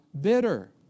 bitter